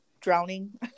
drowning